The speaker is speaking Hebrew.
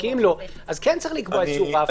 כי אם לא, כן צריך לקבוע רף.